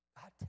God